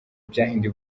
byahinduye